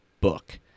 book